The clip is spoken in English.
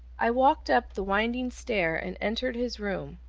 i walked up the winding stair, and entered his room.